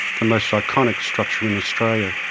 the most iconic structure in australia.